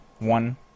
one